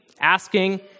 asking